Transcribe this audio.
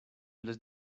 les